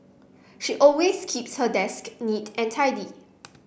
she always keeps her desk neat and tidy